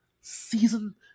season